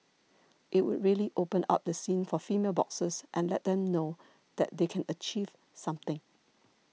it would really open up the scene for female boxers and let them know that they can achieve something